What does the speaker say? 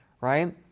Right